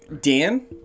Dan